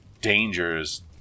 dangers